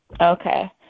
Okay